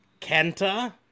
Kenta